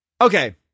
Okay